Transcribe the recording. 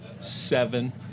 seven